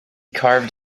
carved